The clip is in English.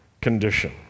condition